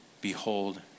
behold